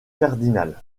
cardinal